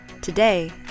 Today